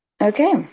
okay